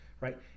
right